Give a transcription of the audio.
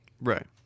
Right